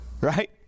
right